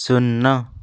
ଶୂନ